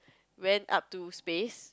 went up to space